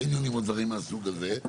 קניונים או דברים מהסוג הזה.